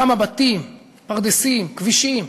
כמה בתים, פרדסים, כבישים,